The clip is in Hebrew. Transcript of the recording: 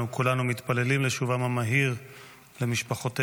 כולנו מתפללים לשובם המהיר למשפחותיהם.